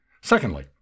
Secondly